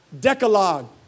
Decalogue